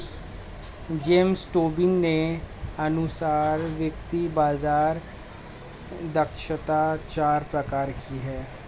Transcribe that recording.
James Tobin के अनुसार वित्तीय बाज़ार दक्षता चार प्रकार की है